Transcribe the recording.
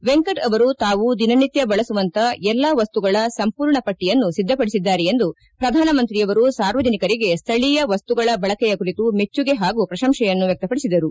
ವೆಂಕಟ್ ಅವರು ತಾವು ದಿನ ನಿತ್ಯ ಬಳಸುವಂಥ ಎಲ್ಲ ವಸ್ತುಗಳ ಸಂಪೂರ್ಣ ಪಟ್ಟಿಯನ್ನು ಸಿದ್ದಪಡಿಸಿದ್ದಾರೆ ಎಂದು ಪ್ರಧಾನಮಂತ್ರಿಯವರು ಸಾರ್ವಜನಿಕರಿಗೆ ಸ್ಥಳೀಯ ವಸ್ತುಗಳ ಬಳಕೆಯ ಕುರಿತು ಮೆಚ್ಚುಗೆ ಹಾಗೂ ಪ್ರಶಂಸೆಯನ್ನು ವ್ಯಕ್ತಪದಿಸಿದರು